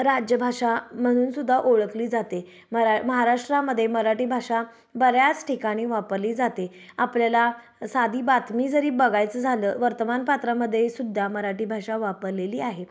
राज्यभाषा म्हणूनसुद्धा ओळखली जाते मरा महाराष्ट्रामध्ये मराठी भाषा बऱ्याच ठिकाणी वापरली जाते आपल्याला साधी बातमी जरी बघायचं झालं वर्तमानपत्रामध्ये सुद्धा मराठी भाषा वापरलेली आहे